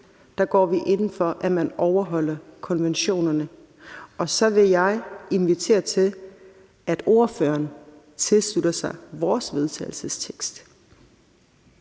SF går vi ind for, at man overholder konventionerne. Og så vil jeg invitere ordføreren til at tilslutte sig vores forslag til